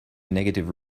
negative